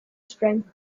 spring